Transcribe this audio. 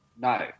no